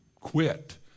quit